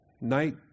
night